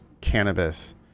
cannabis